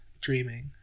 dreaming